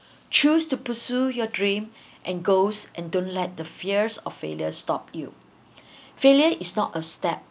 choose to pursue your dream and goals and don't let the fears of failure stop you failure is not a step